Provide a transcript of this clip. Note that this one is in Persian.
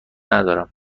ندارم